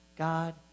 God